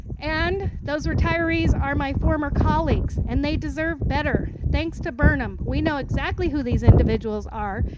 and those retirees are my former colleagues and they deserve better. thanks to bernham, we know exactly who these individuals are.